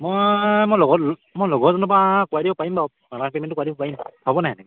মই মই লগত মই লগৰজনৰ পৰা কৰাই দিব পাৰিম বাৰু অনলাইন পে'মেণ্টটো কৰাই দিব পাৰিম হ'বনে তেনেকৈ